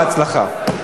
בהצלחה.